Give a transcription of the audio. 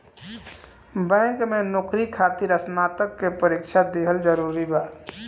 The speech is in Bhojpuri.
बैंक में नौकरी खातिर स्नातक के परीक्षा दिहल जरूरी बा?